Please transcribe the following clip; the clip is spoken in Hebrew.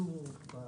כבר